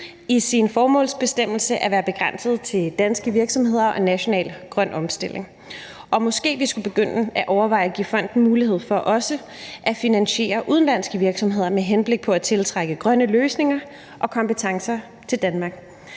i sin formålsbestemmelse at være begrænset til danske virksomheder og national grøn omstilling, og måske vi skulle begynde at overveje at give fonden mulighed for også at finansiere udenlandske virksomheder med henblik på at tiltrække grønne løsninger og kompetencer til Danmark.